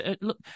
Look